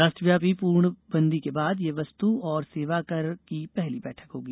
राष्ट्रव्यापी पूर्णबंदी के बाद यह वस्तु और सेवाकर की पहली बैठक होगी